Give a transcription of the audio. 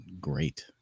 great